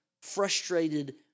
frustrated